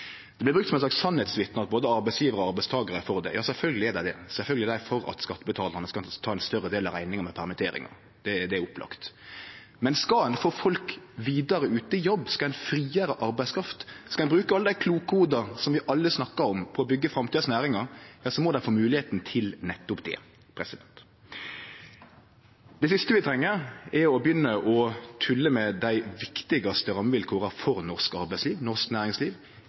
Det blir brukt som eit slags sanningsvitne at både arbeidsgjevar og arbeidstakar er for det. Ja, sjølvsagt er dei det, sjølvsagt er dei for at skattebetalarane skal ta ein større del av rekninga med permitteringar, det er opplagt. Men skal ein få folk vidare ut i jobb, skal ein frigjere arbeidskraft, skal ein bruke alle dei kloke hovuda som vi alle snakkar om, på å byggje framtidas næringar, ja så må dei få moglegheita til nettopp det. Det siste vi treng, er å begynne å tulle med dei viktigaste rammevilkåra for norsk arbeidsliv, norsk næringsliv: